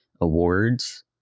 awards